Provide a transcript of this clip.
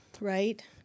right